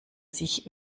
sich